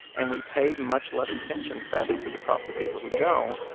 and we pay much less attention, sadly, to the problems of people who don't.